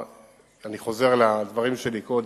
אני חוזר לדברים שלי קודם.